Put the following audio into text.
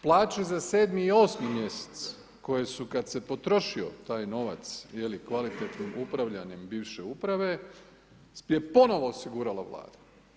Plaće za 7. i 8. mjesec koje su kada se potrošio taj novac kvalitetnim upravljanjem bivše uprave je ponovno osigurala Vlada.